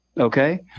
Okay